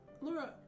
Laura